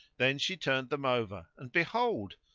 then she turned them over and, behold,